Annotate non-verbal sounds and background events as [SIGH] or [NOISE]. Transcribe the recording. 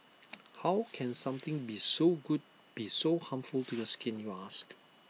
[NOISE] how can something be so good be so harmful to your skin you ask